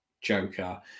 Joker